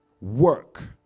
work